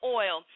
oil